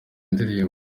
indirimbo